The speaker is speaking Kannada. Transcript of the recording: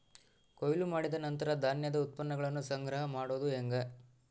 ಕೊಯ್ಲು ಮಾಡಿದ ನಂತರ ಧಾನ್ಯದ ಉತ್ಪನ್ನಗಳನ್ನ ಸಂಗ್ರಹ ಮಾಡೋದು ಹೆಂಗ?